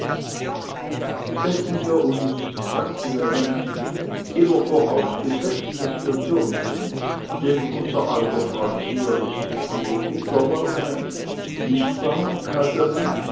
setzen wir uns sagte melanie immer vorausgesetzt daß wir dürfen denn unser alter freund hier ist nicht immer guter laune nicht wahr